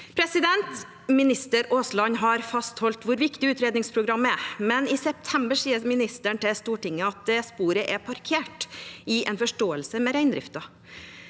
tillitskrise. Minister Aasland har fastholdt hvor viktig utredningsprogrammet er, men i september sa han til Stortinget at det sporet er parkert, i forståelse med reindriften.